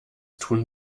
tun